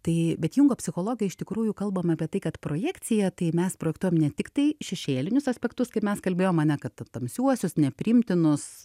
tai bet jungo psichologai iš tikrųjų kalbam apie tai kad projekcija tai mes projektuojam ne tiktai šešėlinius aspektus kaip mes kalbėjom ane kad tamsiuosius nepriimtinus